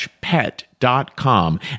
pet.com